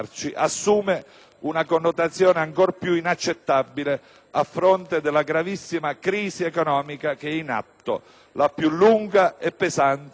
una connotazione ancor più inaccettabile a fronte della gravissima crisi economica che è in atto, la più lunga e pesante dal dopoguerra.